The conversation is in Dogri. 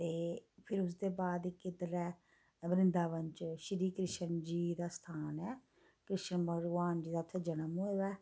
ते फिर उसदे बाद इक इद्धर ऐ वृंदावन च श्रीकृष्ण जी दा स्थान ऐ कृष्ण भगवान जी दा उत्थे जनम होऐ ऐ